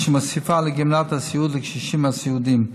אשר תוסיף לגמלת הסיעוד לקשישים הסיעודיים,